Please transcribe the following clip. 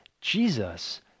Jesus